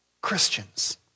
Christians